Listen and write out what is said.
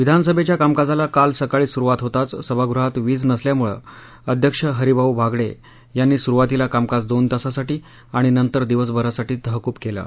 विधानसभव्या कामकाजाला काल सकाळी सुरुवात होताच सभागृहात वीज नसल्यामुळं अध्यक्ष हरिभाऊ बागडड्रिंनी सुरूवातीला कामकाज दोन तासासाठी आणि नंतर दिवसभरासाठी तहकूब कळि